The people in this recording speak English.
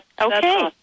Okay